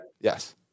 Yes